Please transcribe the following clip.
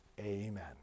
Amen